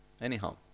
Anyhow